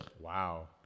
Wow